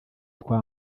twa